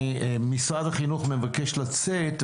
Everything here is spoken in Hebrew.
משרד החינוך מבקש לצאת,